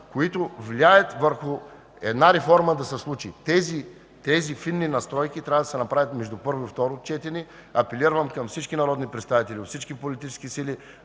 които влияят върху една реформа да се случи. Тези фини настройки трябва да се направят между първо и второ четене. Апелирам към всички народни представители от всички политически сили